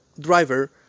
driver